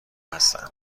هستم